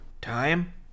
Time